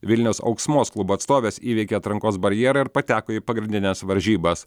vilniaus auksmos klubo atstovės įveikė atrankos barjerą ir pateko į pagrindines varžybas